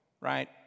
right